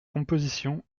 composition